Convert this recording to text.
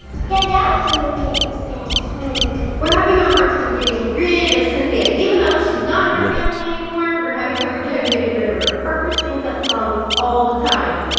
yeah and we're having a hard time getting rid of cynthia even though she's not in our family anymore we're having a hard time getting rid of her parker sings that song all the time